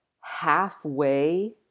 halfway